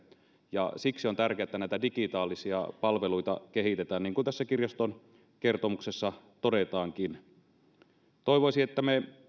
ja siksi on tärkeää että näitä digitaalisia palveluita kehitetään niin kuin tässä kirjaston kertomuksessa todetaankin toivoisi että me